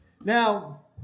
Now